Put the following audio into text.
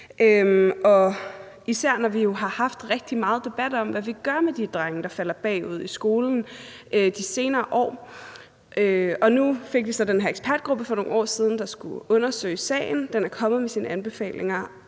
især når vi jo har haft rigtig meget debat om, hvad vi gør med de drenge, der er faldet bagud i skolen de senere år. Nu fik vi så nedsat den her ekspertgruppe for nogle år siden, der skulle undersøge sagen. Den er kommet med sine anbefalinger,